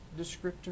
descriptor